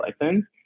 license